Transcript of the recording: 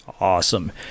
awesome